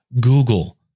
Google